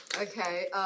Okay